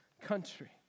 country